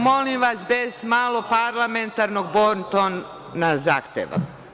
Molim vas bez malo parlamentarnog bontona, zahtevam.